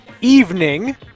evening